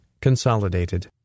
Consolidated